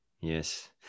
Yes